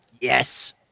Yes